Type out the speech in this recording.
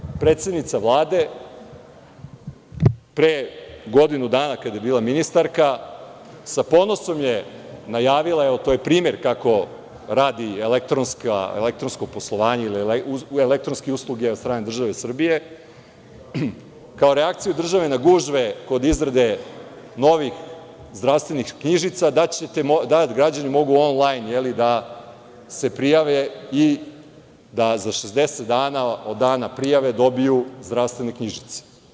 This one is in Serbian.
Sadašnja predsednica Vlade, pre godinu dana kada je bila ministarka, sa ponosom je najavila, to je primer kako radi elektronsko poslovanje ili elektronske usluge od strane države Srbije, kao reakciju države na gužve kod izrade novih zdravstvenih knjižica, da građani mogu on lajn da se prijave i da za 60 dana od dana prijave dobiju zdravstvene knjižice.